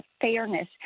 fairness